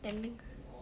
and